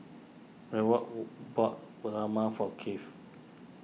Raekwon bought Uthapam for Kennth